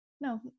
no